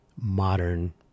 modern